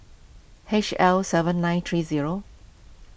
H L seven nine three zero